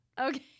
Okay